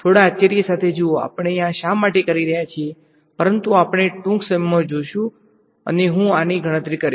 થોડા આચાર્ય સાથે જુઓ આપણે આ શા માટે કરી રહ્યા છીએ પરંતુ આપણે ટૂંક સમયમાં જોશું અને હું આની ગણતરી કરીશ